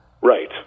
Right